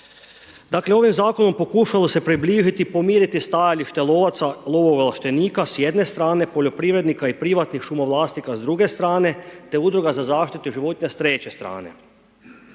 Dakle, ovaj zakon pokušalo se približiti, pomiriti stajalište lovaca, lovo ovlaštenika s jedne strane, poljoprivrednika i privatnih šumo vlasnika s druge strane, te Udruga za zaštitu životinja s treće strane.